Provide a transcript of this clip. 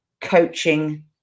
Coaching